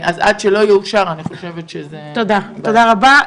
עד שלא יאושר, אני חושבת שזה --- תודה רבה.